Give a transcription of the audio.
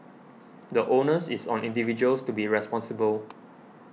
the onus is on individuals to be responsible